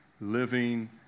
living